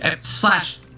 Slash